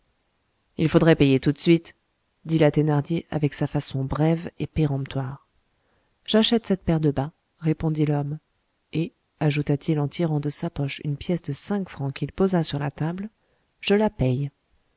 il faudrait payer tout de suite dit la thénardier avec sa façon brève et péremptoire j'achète cette paire de bas répondit l'homme et ajouta-t-il en tirant de sa poche une pièce de cinq francs qu'il posa sur la table je la paye